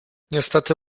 niestety